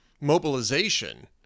mobilization